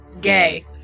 Gay